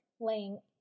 laying